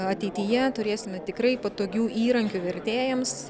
ateityje turėsime tikrai patogių įrankių vertėjams